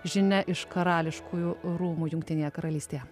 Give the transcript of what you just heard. žinia iš karališkųjų rūmų jungtinėje karalystėje